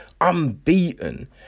unbeaten